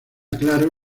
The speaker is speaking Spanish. claro